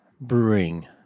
Brewing